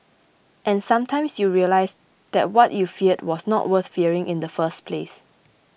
and sometimes you realise that what you feared was not worth fearing in the first place